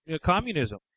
communism